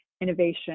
innovation